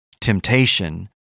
temptation